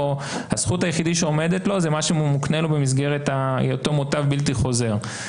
הזכות היחידה שעומדת לו זה מה שמוקנה לו במסגרת היותו מוטב בלתי חוזר.